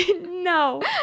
no